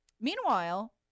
Meanwhile